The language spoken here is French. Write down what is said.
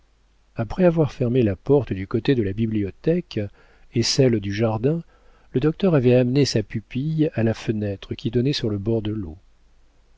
après avoir fermé la porte du côté de la bibliothèque et celle du jardin le docteur avait amené sa pupille à la fenêtre qui donnait sur le bord de l'eau